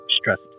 stressed